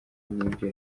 n’ibyo